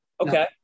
Okay